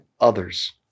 others